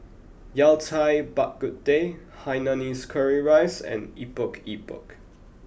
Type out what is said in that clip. Yao Cai Bak Kut Teh Hainanese Curry Rice and Epok Epok